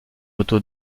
moto